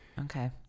Okay